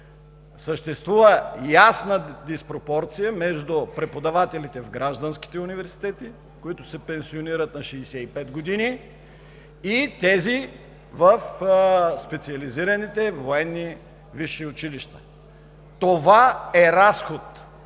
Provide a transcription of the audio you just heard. Съществува ясна диспропорция между преподавателите в гражданските университети, които се пенсионират на 65 години, и тези в специализираните военни висши училища. Това е разход,